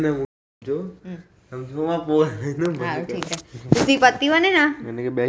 अगर मेरे पास तीन एच.पी की मोटर है तो मैं कितने एकड़ ज़मीन की सिंचाई कर सकता हूँ?